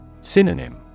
Synonym